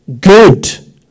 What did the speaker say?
good